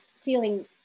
feeling